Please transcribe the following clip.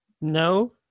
No